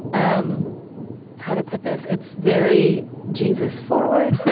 um how to put this, it's very jesus forward?